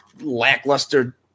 lackluster